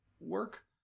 work